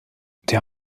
der